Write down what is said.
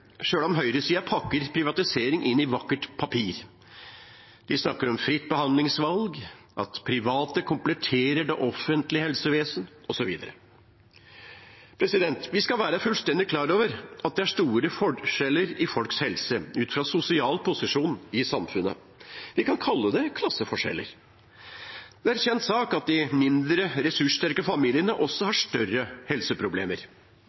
om høyresiden pakker privatisering inn i vakkert papir. De snakker om fritt behandlingsvalg, at private kompletterer det offentlige helsevesen, osv. Vi skal være fullstendig klar over at det er store forskjeller i folks helse ut fra sosial posisjon i samfunnet. Vi kan kalle det klasseforskjeller. Det er en kjent sak at de mindre ressurssterke familiene også har større helseproblemer.